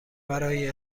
برای